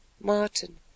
Martin